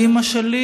על אימא שלי.